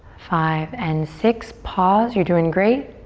five and six. pause, you're doing great.